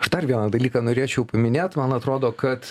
aš dar vieną dalyką norėčiau paminėt man atrodo kad